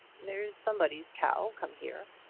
there's somebody's cow come here.